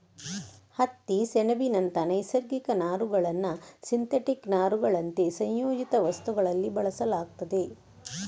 ಹತ್ತಿ, ಸೆಣಬಿನಂತ ನೈಸರ್ಗಿಕ ನಾರುಗಳನ್ನ ಸಿಂಥೆಟಿಕ್ ನಾರುಗಳಂತೆ ಸಂಯೋಜಿತ ವಸ್ತುಗಳಲ್ಲಿ ಬಳಸಲಾಗ್ತದೆ